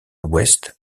ouest